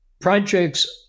projects